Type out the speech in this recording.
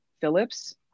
Phillips